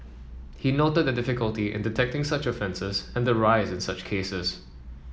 he noted the difficulty in detecting such offences and the rise in such cases